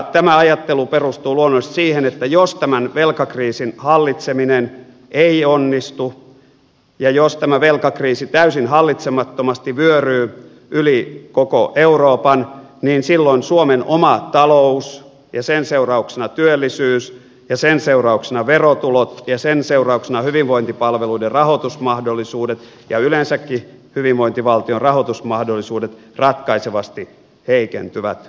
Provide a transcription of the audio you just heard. tämä ajattelu perustuu luonnollisesti siihen että jos tämän velkakriisin hallitseminen ei onnistu ja jos tämä velkakriisi täysin hallitsemattomasti vyöryy yli koko euroopan niin silloin suomen oma talous ja sen seurauksena työllisyys ja sen seurauksena verotulot ja sen seurauksena hyvinvointipalveluiden rahoitusmahdollisuudet ja yleensäkin hyvinvointivaltion rahoitusmahdollisuudet ratkaisevasti heikentyvät